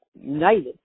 united